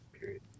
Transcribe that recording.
Period